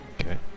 Okay